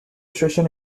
station